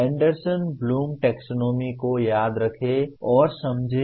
Anderson Bloom taxonomy को याद रखें और समझें